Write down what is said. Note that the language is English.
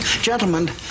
Gentlemen